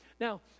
Now